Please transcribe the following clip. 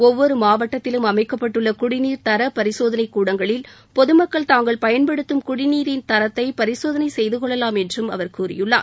ஒவ்வொரு மாவட்டத்திலும் அமைக்கப்பட்டுள்ள குடிநீர் தர பரிசோதனை கூடங்களில் பொதுமக்கள் தாங்கள் பயன்படுத்தும் குடிநீரின் தரத்தை பரிசோதனை செய்து கொள்ளலாம் என்றும் அவர் கூறியுள்ளார்